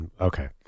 okay